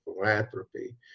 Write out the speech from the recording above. philanthropy